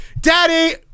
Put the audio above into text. daddy